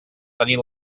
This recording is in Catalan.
tenir